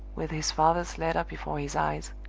with his father's letter before his eyes,